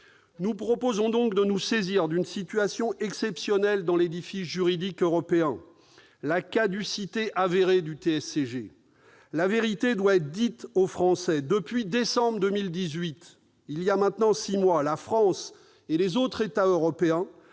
Nous proposons donc de nous saisir d'une situation exceptionnelle dans l'édifice juridique européen : la caducité avérée du TSCG. La vérité doit être dite aux Français : depuis décembre 2018, soit moins de six mois, la France et les autres États européens